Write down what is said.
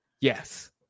Yes